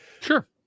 Sure